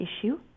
issue